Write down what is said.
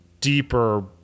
deeper